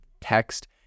text